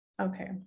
Okay